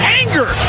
anger